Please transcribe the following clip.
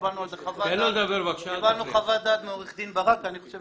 קבלנו על זה חוות דעת מעורך-דין ברק ולדעתי